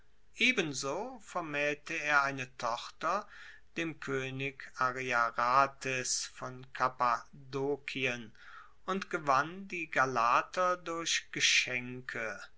ebenso vermaehlte er eine tochter dem koenig ariarathes von kappadokien und gewann die galater durch geschenke